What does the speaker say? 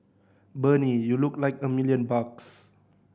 Bernie you look like a million bucks